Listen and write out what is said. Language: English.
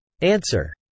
Answer